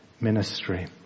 ministry